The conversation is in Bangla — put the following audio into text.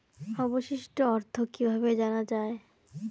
অবশিষ্ট অর্থ কিভাবে জানা হয়?